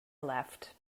left